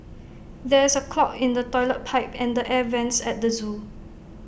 there is A clog in the Toilet Pipe and the air Vents at the Zoo